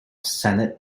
senate